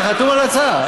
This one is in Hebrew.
אתה חתום על ההצעה.